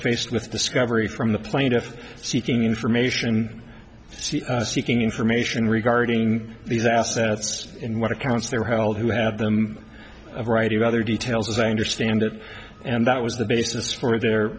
faced with discovery from the plaintiff seeking information seeking information regarding these assets in what accounts they were held who have them a variety of other details as i understand it and that was the basis for their